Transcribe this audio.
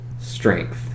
strength